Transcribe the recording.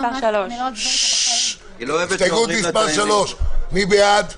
הסתייגות מס' 3. מי בעד ההסתייגות?